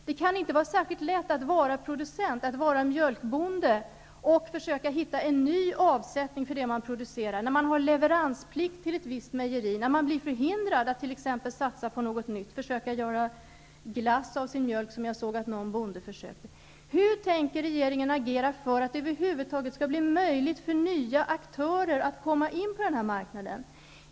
Det kan inte vara särskilt lätt att vara mjölkbonde och försöka hitta en ny avsättning för det man producerar, när man har leveransplikt till ett visst mejeri, när man blir förhindrad att satsa på något nytt, t.ex. försöka göra glass av sin mjölk, som jag såg att någon bonde försökte. Hur tänker regeringen agera för att det över huvud taget skall bli möjligt för nya aktörer att komma in på den här marknaden?